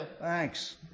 Thanks